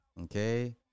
Okay